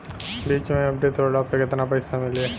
बीच मे एफ.डी तुड़ला पर केतना पईसा मिली?